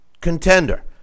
contender